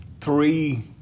three